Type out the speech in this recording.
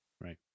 Right